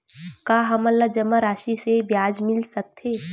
का हमन ला जमा राशि से ब्याज मिल सकथे?